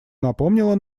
напомнило